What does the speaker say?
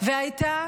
והייתה